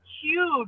huge